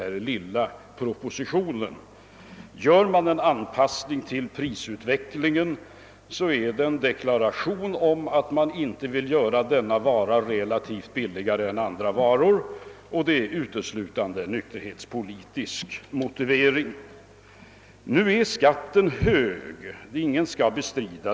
Gör man en anpassning av priset på en vara till den allmänna prisutvecklingen, är detta en deklaration av att man inte vill att den skall vara relativt sett billigare än andra varor, och det är en uteslutande nykterhetspolitisk motivering som ligger bakom. Skatten är för närvarande hög, vilket ingen kan bestrida.